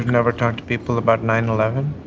never talked to people about nine eleven?